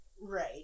Right